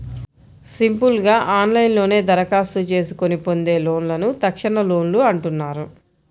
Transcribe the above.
simple గా ఆన్లైన్లోనే దరఖాస్తు చేసుకొని పొందే లోన్లను తక్షణలోన్లు అంటున్నారు